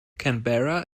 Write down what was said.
canberra